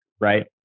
right